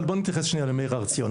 בואו נתייחס למאיר הר ציון.